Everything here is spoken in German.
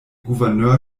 gouverneur